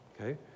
okay